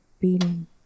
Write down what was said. beating